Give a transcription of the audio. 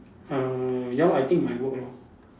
uh ya lor I think my work lor